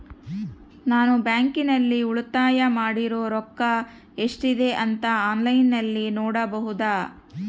ನಾನು ಬ್ಯಾಂಕಿನಲ್ಲಿ ಉಳಿತಾಯ ಮಾಡಿರೋ ರೊಕ್ಕ ಎಷ್ಟಿದೆ ಅಂತಾ ಆನ್ಲೈನಿನಲ್ಲಿ ನೋಡಬಹುದಾ?